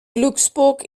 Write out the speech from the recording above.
glücksburg